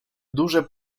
duże